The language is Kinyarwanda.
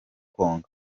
konka